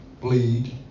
bleed